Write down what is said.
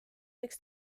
võiks